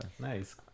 Nice